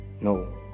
No